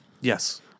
Yes